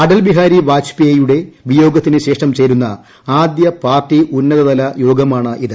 അടൽ ബിഹാരി വാജ്പേയ്യുടെ വിയോഗത്തിന് ശേഷം ചേരുന്ന ആദ്യ പാർട്ടി ഉന്നതതല യോഗമാണിത്